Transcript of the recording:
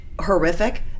horrific